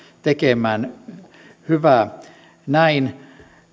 tekemään hyvä näin